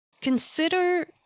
consider